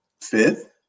fifth